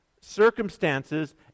circumstances